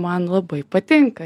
man labai patinka